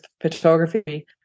photography